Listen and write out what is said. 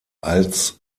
als